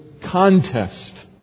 contest